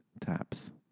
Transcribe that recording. tabs